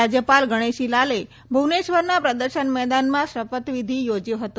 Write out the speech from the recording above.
રાજયપાલ ગણેશીલાલે ભુવનેશ્વરના પ્રદર્શન મેદાનમાં શપથવિધિ યોજયો હતો